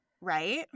Right